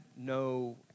no